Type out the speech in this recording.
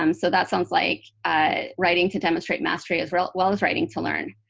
um so that sounds like ah writing to demonstrate mastery as well well as writing-to-learn.